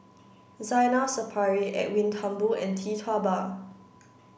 Zainal Sapari Edwin Thumboo and Tee Tua Ba